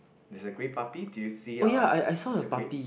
there's a grey puppy do you see uh there's a grey